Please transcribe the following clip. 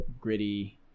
gritty